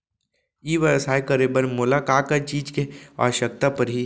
ई व्यवसाय करे बर मोला का का चीज के आवश्यकता परही?